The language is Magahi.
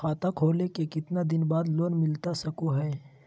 खाता खोले के कितना दिन बाद लोन मिलता सको है?